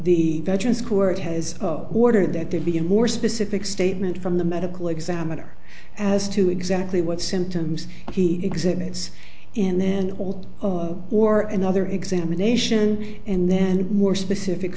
the veterans court has ordered that there be a more specific statement from the medical examiner as to exactly what symptoms he exhibits and then all of or in other examination and then more specific